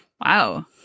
Wow